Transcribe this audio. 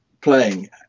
playing